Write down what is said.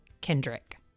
Kendrick